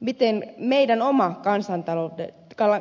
miten meidän oma